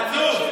יא חצוף.